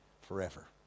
forever